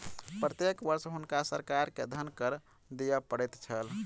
प्रत्येक वर्ष हुनका सरकार के धन कर दिअ पड़ैत छल